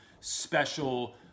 special